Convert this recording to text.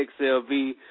XLV